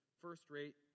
first-rate